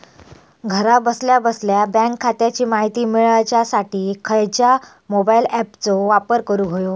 घरा बसल्या बसल्या बँक खात्याची माहिती मिळाच्यासाठी खायच्या मोबाईल ॲपाचो वापर करूक होयो?